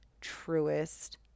truest